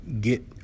get